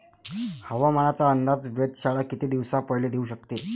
हवामानाचा अंदाज वेधशाळा किती दिवसा पयले देऊ शकते?